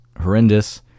horrendous